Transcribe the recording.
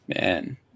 Man